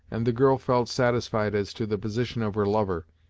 and the girl felt satisfied as to the position of her lover,